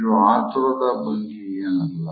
ಇದು ಆತುರದ ಭಂಗಿಯೇನಲ್ಲ